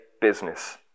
business